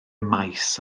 maes